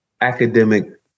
academic